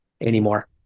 anymore